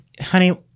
honey